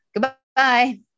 Goodbye